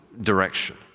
direction